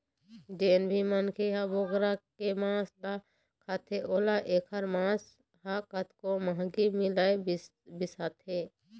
जेन भी मनखे ह बोकरा के मांस ल खाथे ओला एखर मांस ह कतको महंगी मिलय बिसाथे